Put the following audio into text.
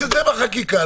אנחנו מקבלים את העיקרון.